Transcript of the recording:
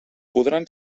podran